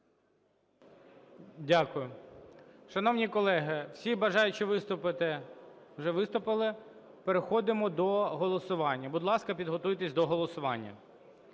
Дякую. Шановні колеги, всі бажаючі виступити вже виступили, переходимо до голосування. Будь ласка, підготуйтесь до голосування.